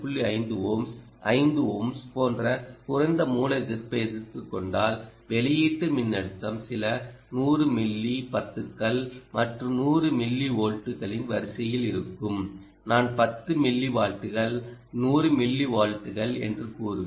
5 ohms 5 ohms போன்ற குறைந்த மூல எதிர்ப்பை எடுத்துக் கொண்டால் வெளியீட்டு மின்னழுத்தம் சில 100 மில்லி 10 கள் மற்றும் 100 மில்லி வோல்ட்டுகளின் வரிசையில் இருக்கும் நான் 10 மில்லிவோல்ட்கள் 100 மில்லிவோல்ட்கள் என்று கூறுவேன்